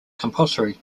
compulsory